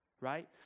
right